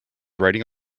riding